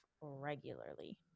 regularly